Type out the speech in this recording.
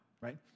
right